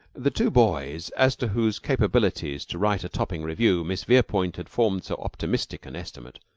the two boys, as to whose capabilities to write a topping revue miss verepoint had formed so optimistic an estimate,